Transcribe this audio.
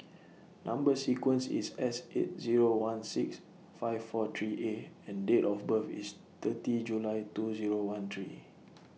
Number sequence IS S eight Zero one six five four three A and Date of birth IS thirty July two Zero one three